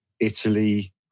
Italy